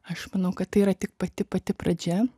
aš manau kad tai yra tik pati pati pradžia